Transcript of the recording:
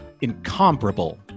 incomparable